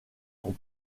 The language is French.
son